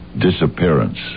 disappearance